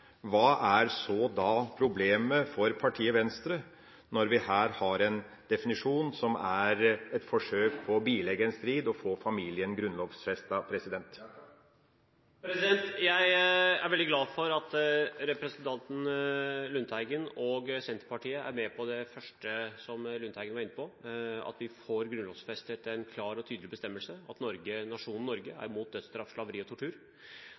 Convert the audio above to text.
Hva er da problemet for partiet Venstre, når vi her har en definisjon som er et forsøk på å bilegge en strid og få familien grunnlovfestet? Jeg er veldig glad for at representanten Lundteigen og Senterpartiet er med på det første Lundteigen var inne på, at vi får grunnlovfestet en klar og tydelig bestemmelse om at nasjonen Norge er mot dødsstraff, slaveri og tortur.